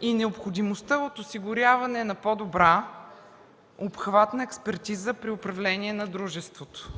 и необходимостта от осигуряване на по-добра, обхватна експертиза при управление на дружеството.